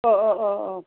अ अ अ